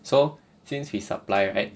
so since we supply right